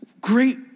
great